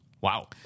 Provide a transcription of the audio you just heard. Wow